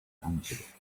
answered